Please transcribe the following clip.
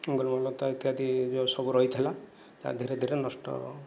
ବନଲତା ଇତ୍ୟାଦି ଯେଉଁ ସବୁ ରହିଥିଲା ତା ଧୀରେ ଧୀରେ ନଷ୍ଟ